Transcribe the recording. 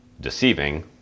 deceiving